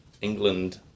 England